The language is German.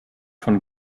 von